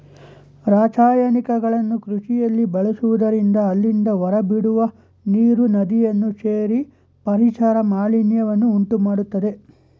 ರಾಸಾಯನಿಕಗಳನ್ನು ಕೃಷಿಯಲ್ಲಿ ಬಳಸುವುದರಿಂದ ಅಲ್ಲಿಂದ ಹೊರಬಿಡುವ ನೀರು ನದಿಯನ್ನು ಸೇರಿ ಪರಿಸರ ಮಾಲಿನ್ಯವನ್ನು ಉಂಟುಮಾಡತ್ತದೆ